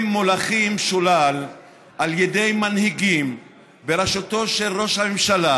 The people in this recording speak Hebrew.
הם מולכים שולל על ידי מנהיגים בראשותו של ראש הממשלה,